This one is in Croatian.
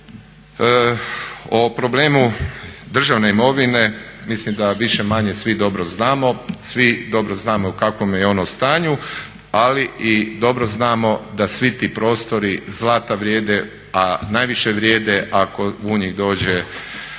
O problemu državne imovine, mislim da više-manje svi dobro znamo, svi dobro znamo u kakvom je ono stanju ali i dobro znamo da svi ti prostori zlata vrijede a najviše vrijede ako u njih dođe